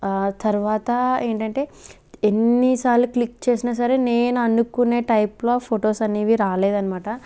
తర్వాత ఏంటంటే ఎన్నిసార్లు క్లిక్ చేసినా సరే నేననుకునే టైప్లో ఆ ఫొటోస్ అనేవి రాలేదన్నమాట